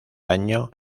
daño